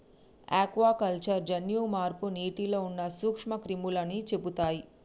aquaculture జన్యు మార్పు నీటిలో ఉన్న నూక్ష్మ క్రిములని చెపుతయ్